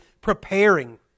preparing